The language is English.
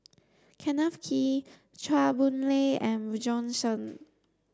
Kenneth Kee Chua Boon Lay and Bjorn Shen